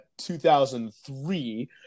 2003